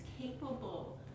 capable